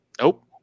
nope